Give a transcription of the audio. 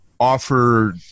offer